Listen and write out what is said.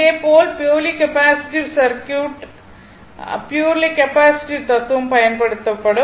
இதேபோல் purely capacitive circuit purely capacitive தத்துவம் பயன்படுத்தப்படும்